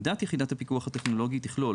עמדת יחידת הפיקוח הטכנולוגי תכלול,